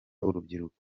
urubyiruko